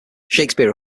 shakespeare